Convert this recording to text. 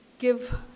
give